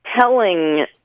telling